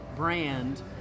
brand